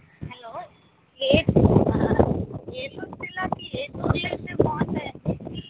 hello ఏ ఏలూరు జిల్లాకి ఏ టూర్లు వేస్తే బాగుంటాయి అండి